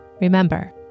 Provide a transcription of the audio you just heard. Remember